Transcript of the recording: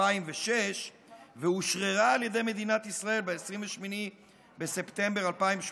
2006 ואושררה על ידי מדינת ישראל ב-28 בספטמבר 2018,